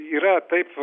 yra taip